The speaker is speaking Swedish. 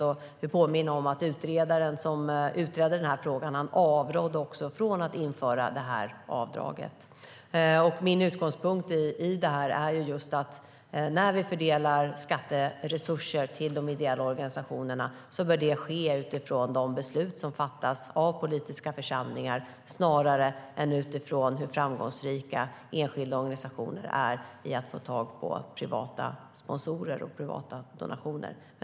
Jag vill påminna om att utredaren som utredde frågan avrådde från att införa detta avdrag. Min utgångspunkt i detta är att när vi fördelar skatteresurser till de ideella organisationerna bör det ske utifrån de beslut som fattas av politiska församlingar snarare än utifrån hur framgångsrika enskilda organisationer är i att få tag på privata sponsorer och donationer.